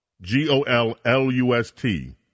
G-O-L-L-U-S-T